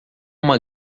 uma